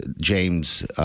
James—